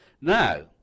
Now